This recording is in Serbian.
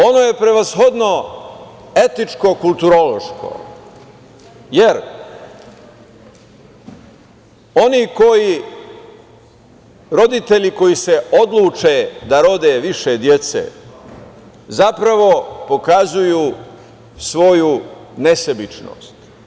Ono je prevashodno etičko kulturološko, jer oni roditelji koji se odluče da rode više dece, zapravo pokazuju svoju nesebičnost.